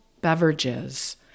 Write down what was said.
beverages